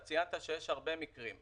אתה ציינת שיש הרבה מקרים.